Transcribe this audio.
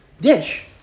dish